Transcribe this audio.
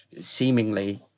seemingly